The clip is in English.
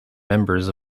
members